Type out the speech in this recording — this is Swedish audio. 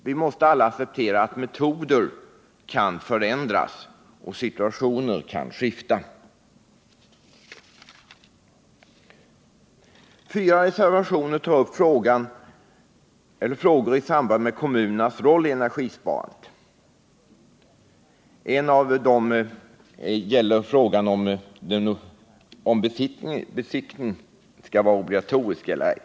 Vi måste alla acceptera att metoder kan förändras och att situationer kan skifta. Fyra reservationer tar upp frågor som rör kommunernas roll i energisparandet. En av reservationerna gäller frågan, om besiktning skall vara obligatorisk eller ej.